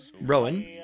Rowan